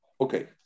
Okay